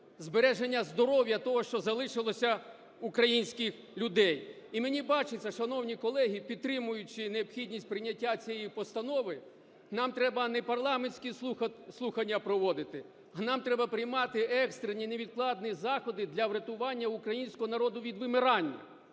збереження здоров'я того, що залишилося в українських людей. І мені бачиться, шановні колеги, підтримуючи необхідність прийняття цієї постанови, нам треба не парламентські слухання проводити, а нам треба приймати екстрені невідкладні заходи для врятування українського народу від вимирання,